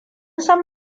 san